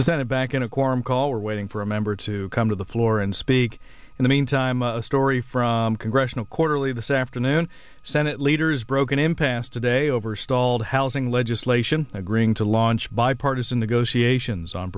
the senate back in a quorum call or waiting for a member to come to the floor and speak in the meantime a story from congressional quarterly this afternoon senate leaders broke an impasse today over stalled housing legislation agreeing to launch bipartisan negotiations on